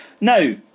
Now